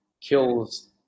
kills